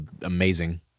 amazing